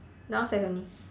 downstairs only